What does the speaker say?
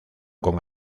con